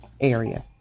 area